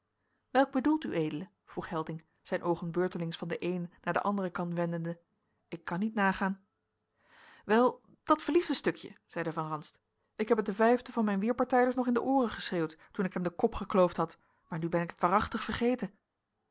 welk bedoelt ued vroeg helding zijn oogen beurtelings van den eenen naar den anderen kant wendende ik kan niet nagaan wel dat verliefde stukje zeide van ranst ik heb het den vijfden van mijn weerpartijders nog in de ooren geschreeuwd toen ik hem den kop gekloofd had maar nu ben ik het waarachtig vergeten